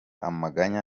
amaganya